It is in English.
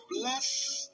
bless